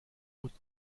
haute